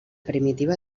primitiva